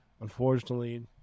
unfortunately